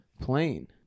plane